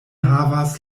havas